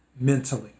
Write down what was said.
mentally